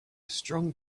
strong